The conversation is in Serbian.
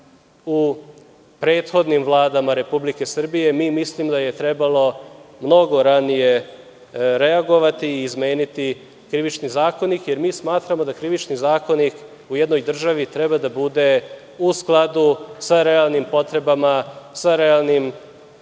u prethodnim Vladama Republike Srbije. Mi mislimo da je trebalo mnogo ranije reagovati i izmeniti Krivični zakonik, jer mi smatramo da Krivični zakonik u jednoj državi treba da bude u skladu sa realnim potrebama, sa realnim